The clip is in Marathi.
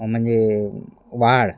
म्हणजे वाढ